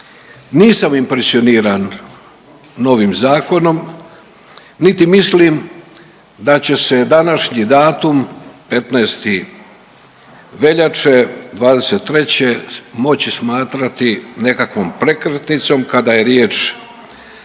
nisam impresioniran novim zakonom, niti mislim da će se današnji datum 15. veljače '23. moći smatrati nekakvom prekretnicom kada je riječ